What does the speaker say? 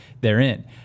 therein